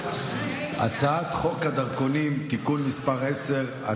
הצעת חוק הדרכונים (תיקון מס' 10),